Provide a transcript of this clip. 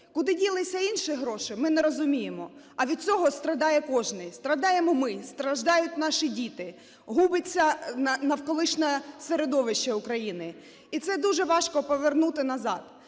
Куди ділися інші гроші, ми не розуміємо. А від цього страждає кожний, страждаємо ми, страждають наші діти, губиться навколишнє середовище України, і це дуже важко повернути назад.